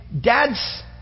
dad's